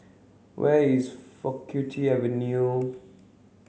where is Faculty Avenue